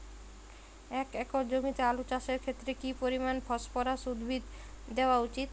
এক একর জমিতে আলু চাষের ক্ষেত্রে কি পরিমাণ ফসফরাস উদ্ভিদ দেওয়া উচিৎ?